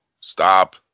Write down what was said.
stop